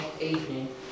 evening